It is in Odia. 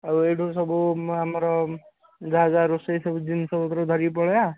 ଆଉ ଏଇଠୁ ସବୁ ଆମର ଯାହା ଯାହା ରୋଷେଇ ସବୁ ଜିନିଷ ପତ୍ର ଧରିକି ପଳାଇବା